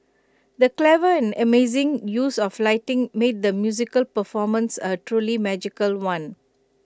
the clever and amazing use of lighting made the musical performance A truly magical one